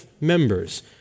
members